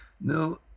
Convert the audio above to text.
No